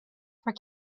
for